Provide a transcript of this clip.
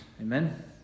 Amen